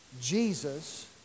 Jesus